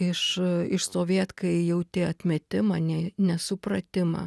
iš išstovėt kai jauti atmetimą ne nesupratimą